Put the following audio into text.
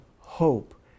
hope